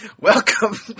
welcome